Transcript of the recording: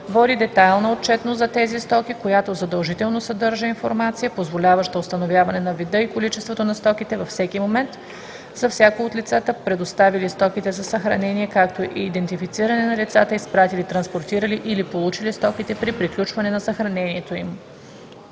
води детайлна отчетност за тези стоки, която задължително съдържа информация, позволяваща установяване на вида и количеството на стоките във всеки момент, за всяко от лицата, предоставили стоките за съхранение, както и идентифициране на лицата, изпратили, транспортирали или получили стоките при приключване на съхранението им.